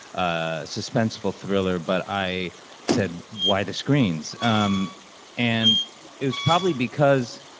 ah suspenseful thriller. but i said, why the screens? um and it was probably because,